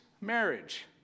marriage